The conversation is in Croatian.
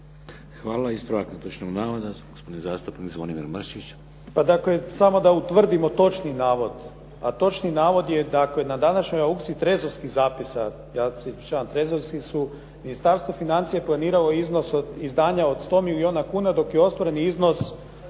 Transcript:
Hvala. Ispravak netočnog navoda, gospodin zastupnik Zvonimir Mršić. **Mršić, Zvonimir (SDP)** Pa dakle, samo da utvrdimo točni navod, a točni navod je dakle na današnjoj aukciji trezorskih zapisa, ja se ispričavam trezorski su. Ministarstvo financija planiralo je iznos izdanja od 100 milijuna kuna dok je ostvareni iznos